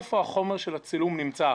איפה החומר של הצילום נמצא?